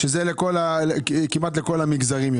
שזה כמעט לכל המגזרים.